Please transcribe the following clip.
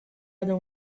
other